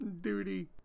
Duty